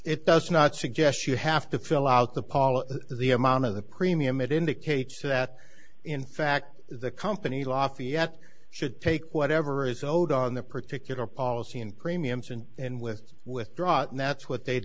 it does not suggest you have to fill out the policy the amount of the premium it indicates that in fact the company lafayette should take whatever is owed on the particular policy in premiums and in with with drop and that's what they've